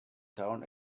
town